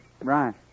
Right